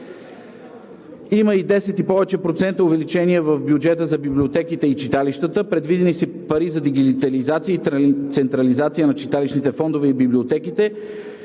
Има 10 и повече процента увеличение в бюджета за библиотеките и читалищата. Предвидени са и пари за дигитализация и централизация на читалищните фондове и библиотеките.